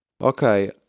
Okay